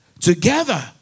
Together